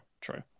true